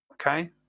Okay